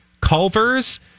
Culver's